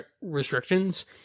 restrictions